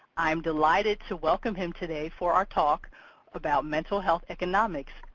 i'm delighted to welcome him today for our talk about mental health economics.